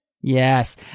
Yes